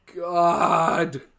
God